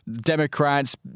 Democrats